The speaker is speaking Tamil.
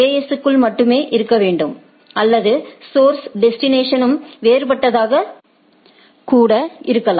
எஸ்AS க்குள் மட்டுமே இருக்க முடியும் அல்லது சோர்ஸும் டெஸ்டினேஷனும் வேறுபட்டதாக ஆக கூட இருக்கலாம்